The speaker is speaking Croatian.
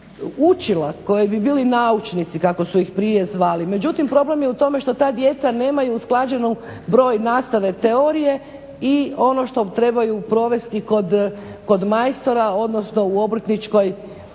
učila koji bi bili naučnici kako su ih prije zvali. Međutim problem je u tome što ta djeca nemaju usklađeno broj nastave teorije i ono što trebaju provesti kod majstora odnosno u obrtničkoj